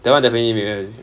that [one] definitely need re~